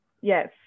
yes